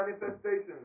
manifestations